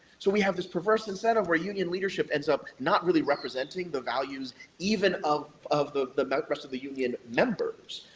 so we have this perverse incentive where union leadership ends up not really representing the values even of of the the rest of the union members.